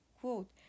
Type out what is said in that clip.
quote